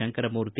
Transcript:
Shankaramurthy